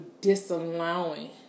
disallowing